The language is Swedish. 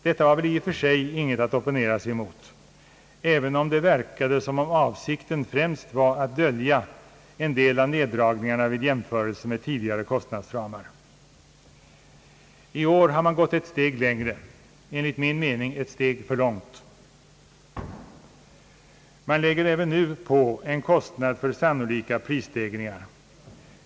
Detta var väl i och för sig ingenting att opponera sig emot, även om det verkade som om avsikten främst var att dölja en del av neddragningarna vid jämförelser med tidigare kostnadsramar. I år har man gått ett steg längre — enligt min mening ett steg för långt. Man lägger även nu på en kostnad för sannolika prisstegringar.